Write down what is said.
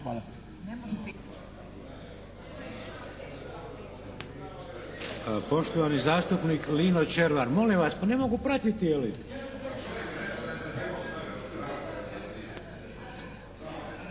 Poštovani zastupnik Lino Červar. Molim vas, pa ne mogu pratiti, je li.